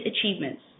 achievements